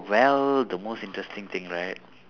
well the most interesting thing right